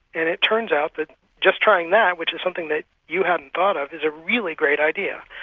and it turns out that just trying that, which is something that you hadn't thought of, is a really great idea.